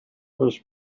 was